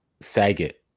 saget